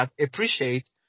appreciate